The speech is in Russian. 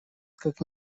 как